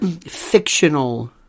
fictional